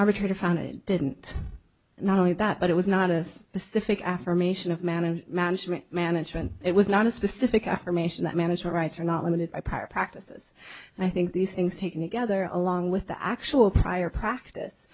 arbitrator found it didn't and not only that but it was not a specific affirmation of man and management management it was not a specific affirmation that management rights are not limited by prior practices and i think these things taken together along with the actual prior practice